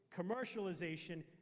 commercialization